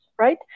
right